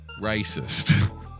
racist